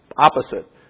opposite